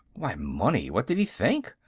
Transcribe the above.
why, money what did he think?